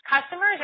Customers